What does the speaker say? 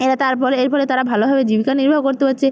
এরা তারপরে এর ফলে তারা ভালোভাবে জীবিকা নির্বাহ করতে পারছে